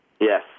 Yes